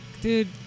dude